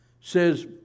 says